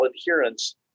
adherence